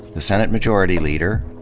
the senate majority leader